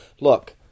look